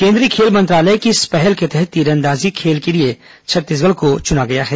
केंद्रीय खेल मंत्रालय की इस पहल के तहत तीरंदाजी खेल के लिए छत्तीसगढ़ को चुना गया है